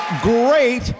great